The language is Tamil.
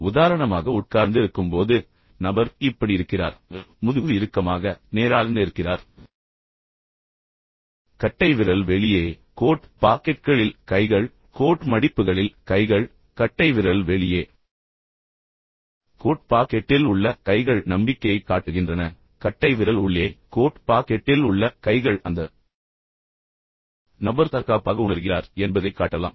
எனவே உதாரணமாக உட்கார்ந்திருக்கும்போது நபர் இப்படி இருக்கிறார் முதுகு இறுக்கமாக எனவே நேராக நிற்கிறார் கட்டைவிரல் வெளியே கோட் பாக்கெட்களில் கைகள் கோட் மடிப்புகளில் கைகள் இப்போது கட்டைவிரல் வெளியே கோட் பாக்கெட்டில் உள்ள கைகள் நம்பிக்கையைக் காட்டுகின்றன ஆனால் கட்டைவிரல் உள்ளே கோட் பாக்கெட்டில் உள்ள கைகள் அந்த நபர் தற்காப்பாக உணர்கிறார் என்பதைக் காட்டலாம்